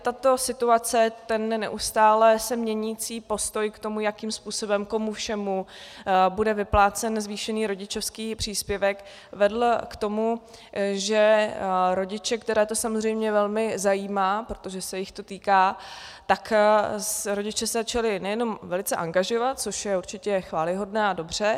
Tato situace, ten neustále se měnící postoj k tomu, jakým způsobem, komu všemu bude vyplácen zvýšený rodičovský příspěvek, vedl k tomu, že se rodiče, které to samozřejmě velmi zajímá, protože se jich to týká, začali nejenom velice angažovat, což je určitě chvályhodné a dobře.